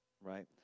Right